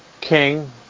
king